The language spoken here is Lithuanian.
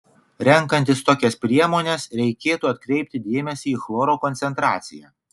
renkantis tokias priemones reikėtų atkreipti dėmesį į chloro koncentraciją